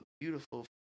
beautiful